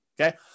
okay